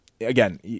again